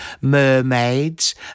mermaids